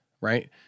right